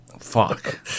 Fuck